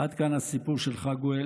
עד כאן הסיפור של חגואל.